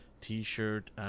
T-shirt